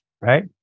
right